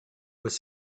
was